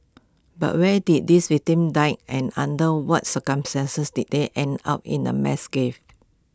but when did these victims die and under what circumstances did they end up in A mass gave